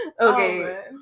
Okay